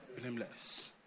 blameless